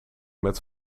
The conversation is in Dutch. met